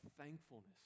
thankfulness